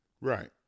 Right